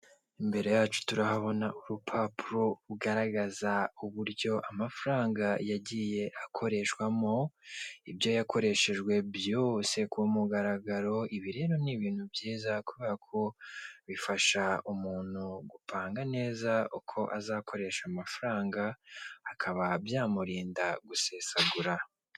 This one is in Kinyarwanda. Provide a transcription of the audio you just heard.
Imbere yacu turahabona urupapuro rugaragaza uburyo amafaranga yagiye akoreshwamo, ibyo yakoreshejwe byose ku mugaragaro, ibi rero ni ibintu byiza, kubera ko bifasha umuntu gupanga neza uko azakoresha amafaranga, akaba byamurinda gusesagura.